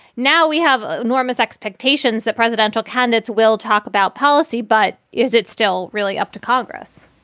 now we have enormous expectations that presidential candidates will talk about policy. but is it still really up to congress?